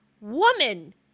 woman